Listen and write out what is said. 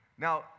Now